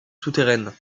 souterraine